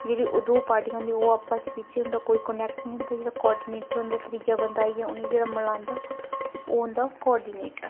जेह्ड़ी ओह् दो पार्टियां होंदियां ओह् आपस बिच्च उं'दा कोई कनैक्ट निं होंदा जेह्ड़ा कोआर्डिनेटर होंदा त्रिया बंदा आइयै उ'नें ई जेह्ड़ा मलांदा ओह् होंदा कोआर्डिनेटर